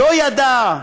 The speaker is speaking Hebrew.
לא ידע.